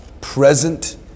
present